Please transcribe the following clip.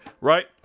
right